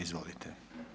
Izvolite.